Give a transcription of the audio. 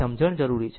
સમજણ જરૂરી છે